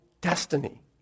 destiny